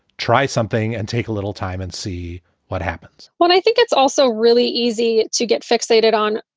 try something and take a little time and see what happens well, i think it's also really easy to get fixated on,